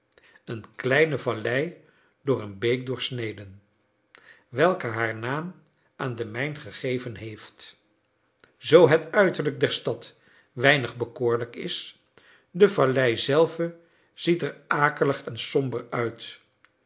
eene kleine vallei door een beek doorsneden welke haar naam aan de mijn gegeven heeft zoo het uiterlijk der stad weinig bekoorlijk is de vallei zelve ziet er akelig en somber uit